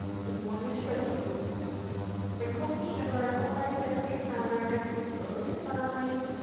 so you want to make sure that you sprinkle some sugar, don't worry if it gets on your counter, it's totally fine.